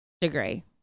degree